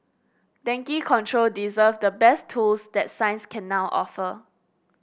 dengue control deserves the best tools that science can now offer